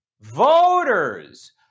Voters